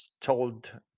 told